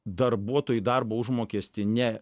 darbuotojai darbo užmokestį ne